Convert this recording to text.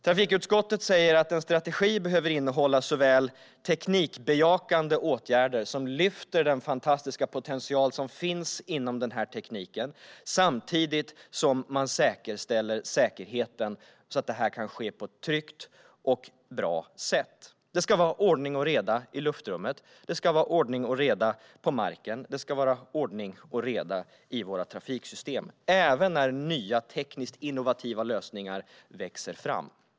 Trafikutskottet säger att en strategi behöver innehålla teknikbejakande åtgärder som lyfter fram den fantastiska potential som finns inom denna teknik samtidigt som säkerheten säkerställs, så att det kan ske på ett tryggt och bra sätt. Det ska vara ordning och reda i luftrummet. Det ska vara ordning och reda på marken. Det ska vara ordning och reda i våra trafiksystem, även när nya tekniskt innovativa lösningar växer fram.